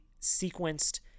sequenced